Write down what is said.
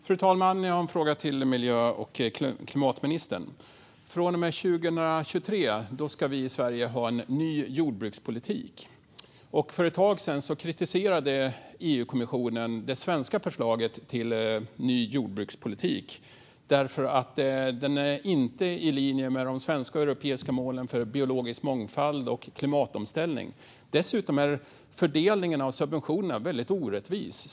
Fru talman! Jag har en fråga till miljö och klimatministern. Från och med 2023 ska vi i Sverige ha en ny jordbrukspolitik. För ett tag sedan kritiserade EU-kommissionen det svenska förslaget till ny jordbrukspolitik därför att det inte är i linje med de svenska och europeiska målen för biologisk mångfald och klimatomställning. Dessutom är fördelningen av subventionerna väldigt orättvis.